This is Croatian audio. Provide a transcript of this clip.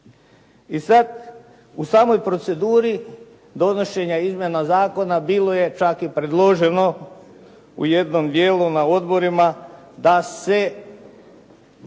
I sad u samoj proceduri donošenja izmjena zakona bilo je čak i predloženo u jednom dijelu na odborima da se,